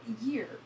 year